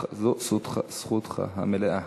זו זכותך המלאה.